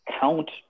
count